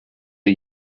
are